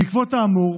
בעקבות האמור,